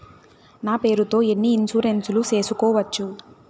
నా పేరుతో ఎన్ని ఇన్సూరెన్సులు సేసుకోవచ్చు?